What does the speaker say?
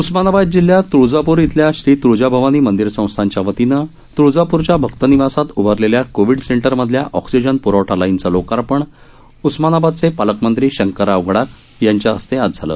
उस्मानाबाद जिल्ह्यात तुळजापूर इथल्या श्री तुळजाभवानी मंदिर संस्थानच्या वतीनं तुळजापूरच्या भक्त निवासात उभारलेल्या कोविड सेंटर मधल्या ऑक्सीजन प्रवठा लाईनचं लोकार्पण उस्मानाबादचे पालकमंत्री शंकरराव गडाख यांच्या हस्ते आज झालं